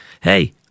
hey